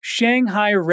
Shanghai